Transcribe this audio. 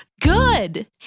Good